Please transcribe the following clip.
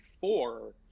four